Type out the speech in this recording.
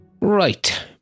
Right